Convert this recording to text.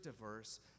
diverse